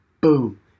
boom